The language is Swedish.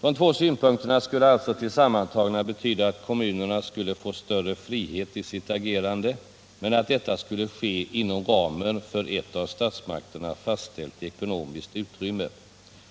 De två synpunkterna skulle tillsammantagna betyda att kommunerna skulle få större frihet i sitt agerande, men att detta skulle ske inom ramen för ett av statsmakterna fastställt ekonomiskt utrymme.